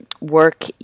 work